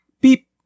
Beep